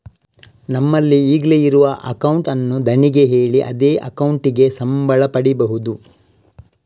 ನಮ್ಮಲ್ಲಿ ಈಗ್ಲೇ ಇರುವ ಅಕೌಂಟ್ ಅನ್ನು ಧಣಿಗೆ ಹೇಳಿ ಅದೇ ಅಕೌಂಟಿಗೆ ಸಂಬಳ ಪಡೀಬಹುದು